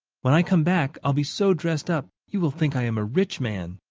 when i come back i'll be so dressed up, you will think i am a rich man.